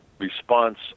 response